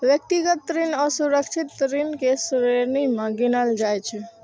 व्यक्तिगत ऋण असुरक्षित ऋण के श्रेणी मे गिनल जाइ छै